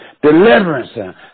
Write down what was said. Deliverance